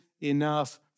enough